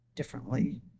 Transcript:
differently